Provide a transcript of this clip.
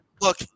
Look